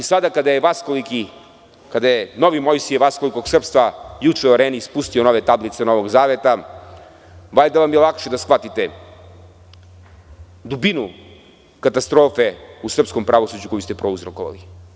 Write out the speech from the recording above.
Sada kada je novi Mojsije vaskolikog srpstva, juče u Areni, spustio nove tablice novog zaveta, valjda vam je lakše da shvatite dubinu katastrofe u srpskom pravosuđu koju ste prouzrokovali.